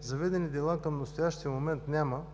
заведени дела към настоящия момент няма,